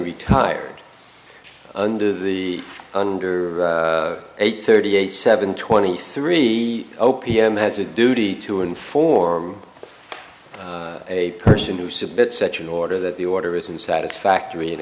retired under the under eight thirty eight seven twenty three zero pm has a duty to inform a person to submit such an order that the order isn't satisfactory and